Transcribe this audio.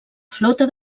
flota